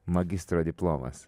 magistro diplomas